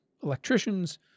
electricians